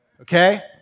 Okay